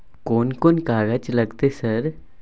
कोन कौन कागज लगतै है सर?